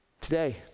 Today